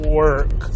work